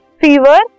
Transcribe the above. fever